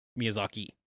Miyazaki